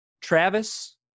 Travis